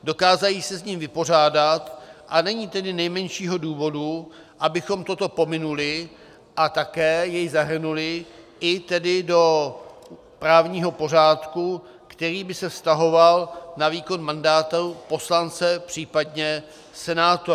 Dokážou se s ním vypořádat, a není tedy nejmenšího důvodu, abychom toto pominuli a také jej zahrnuli i tedy do právního pořádku, který by se vztahoval na výkon mandátu poslance, případně senátora.